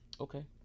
Okay